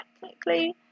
technically